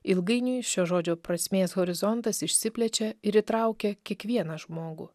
ilgainiui šio žodžio prasmės horizontas išsiplečia ir įtraukia kiekvieną žmogų